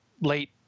late